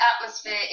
atmosphere